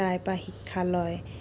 তাইৰ পৰা শিক্ষা লয়